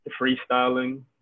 freestyling